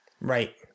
Right